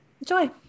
Enjoy